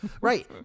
Right